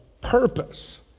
purpose